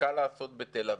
קל לעשות בתל אביב.